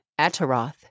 Ataroth